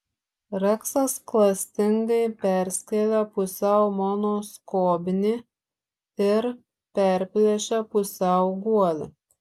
reksas klastingai perskėlė pusiau mano skobnį ir perplėšė pusiau guolį